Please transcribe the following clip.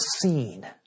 scene